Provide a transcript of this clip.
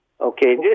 Okay